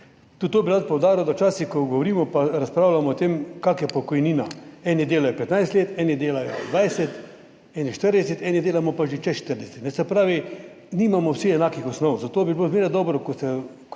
Tudi to bi rad poudaril, da včasih ko govorimo in razpravljamo o tem, kakšna je pokojnina, eni delajo 15 let, eni delajo 20, eni 40, eni delamo pa že čez 40, se pravi, da nimamo vsi enakih osnov, zato bi bilo zmeraj dobro,